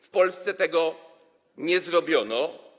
W Polsce tego nie zrobiono.